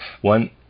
One